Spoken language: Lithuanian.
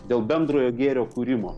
dėl bendrojo gėrio kūrimo